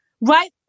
Right